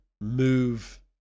move